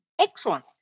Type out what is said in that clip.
Excellent